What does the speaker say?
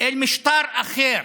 אל משטר אחר.